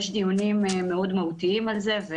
יש דיונים מאוד מהותיים על זה.